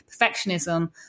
perfectionism